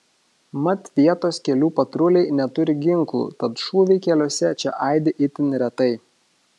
mat vietos kelių patruliai neturi ginklų tad šūviai keliuose čia aidi itin retai